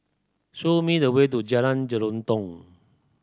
show me the way to Jalan Jelutong